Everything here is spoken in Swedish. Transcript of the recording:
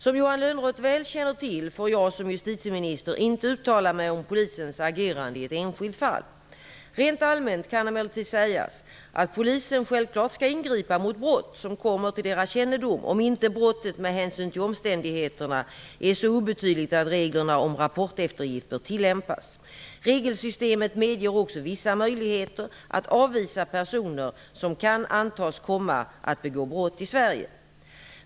Som Johan Lönnroth väl känner till får jag som justitieminister inte uttala mig om polisens agerande i ett enskilt fall. Rent allmänt kan emellertid sägas att polisen självklart skall ingripa mot brott som kommer till dess kännedom, om inte brottet med hänsyn till omständigheterna är så obetydligt att reglerna om rapporteftergift bör tillämpas. Regelsystemet medger också vissa möjligheter att avvisa personer som kan antas komma att begå brott i Sverige.